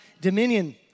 dominion